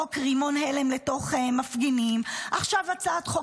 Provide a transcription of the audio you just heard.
לזרוק רימון הלם לתוך מפגינים ועכשיו הצעת חוק